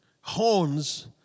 horns